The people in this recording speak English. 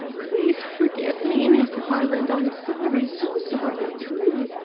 please forgive me, miss harland. i'm sorry so sorry, truly.